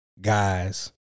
guys